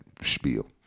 spiel